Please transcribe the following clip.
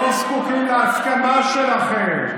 אנחנו לא זקוקים להסכמה שלכם.